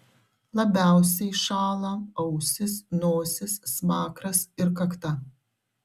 labiausiai šąla ausys nosis smakras ir kakta